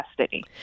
custody